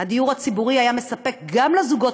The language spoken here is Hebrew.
הדיור הציבורי היה נותן גם לזוגות